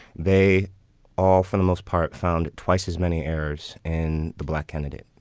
they all, for the most part, found twice as many errors in the black candidate.